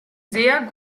sehr